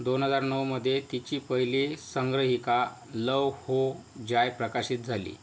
दोन हजार नऊमध्ये तिची पहिली संग्रहिका लव हो जाय प्रकाशित झाली